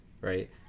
right